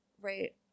Right